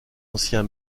ancien